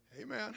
Amen